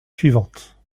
suivantes